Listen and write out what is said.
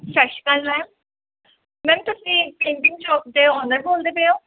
ਸਤਿ ਸ਼੍ਰੀ ਅਕਾਲ ਮੈਮ ਮੈਮ ਤੁਸੀਂ ਪ੍ਰਿੰਟਿੰਗ ਜੋਬ ਦੇ ਔਨਰ ਬੋਲਦੇ ਪਏ ਹੋ